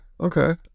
Okay